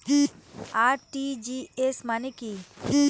RTGS মানে কি?